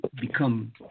become